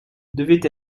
devait